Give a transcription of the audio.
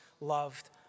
loved